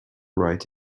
write